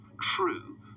true